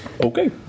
Okay